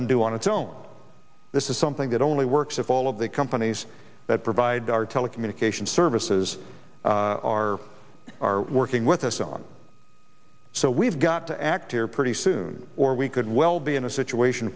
can do on its own this is something that only works if all of the companies that provide our telecommunications services are working with us on so we've got to act here pretty soon or we could well be in a situation